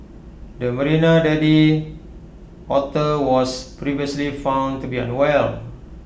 the marina daddy otter was previously found to be unwell